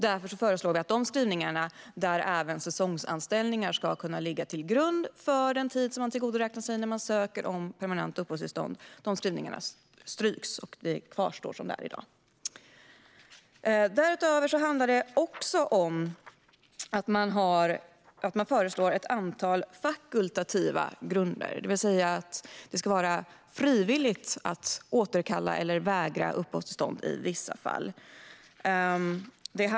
Därför föreslår vi att man stryker skrivningarna om att även säsongsanställningar ska kunna ligga till grund för den tid som man tillgodoräknar sig när man söker permanent uppehållstillstånd. Vi föreslår att det kvarstår som det är i dag. Därutöver handlar det om att ett antal fakultativa grunder föreslås, det vill säga att det ska vara frivilligt att återkalla eller vägra uppehållstillstånd i vissa fall.